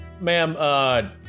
Ma'am